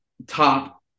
Top